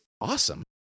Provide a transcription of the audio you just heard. awesome